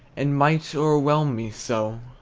and might o'erwhelm me so!